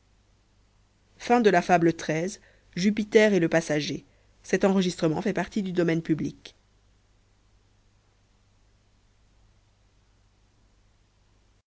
xi er et le passager